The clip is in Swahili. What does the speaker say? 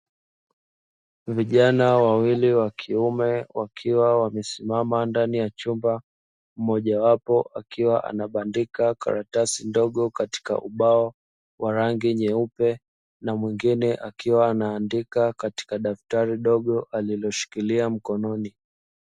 Vijana wawili wa kiume wakiwa wamesimamandani ya chumba. Mmoja wapo akiwa anabandika karatasi ndogo katika ubao wa rangi nyeupe na mwingine akiwa anaandika katika daftari dogo aliloshikilia mkononi.